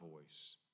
voice